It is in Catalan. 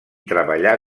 treballà